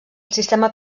sistema